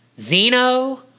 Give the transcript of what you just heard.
Zeno